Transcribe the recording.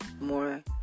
more